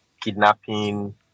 kidnapping